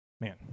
Man